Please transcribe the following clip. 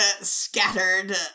scattered